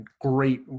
great